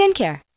skincare